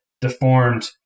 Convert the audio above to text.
deformed